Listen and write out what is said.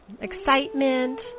excitement